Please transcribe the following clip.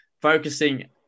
focusing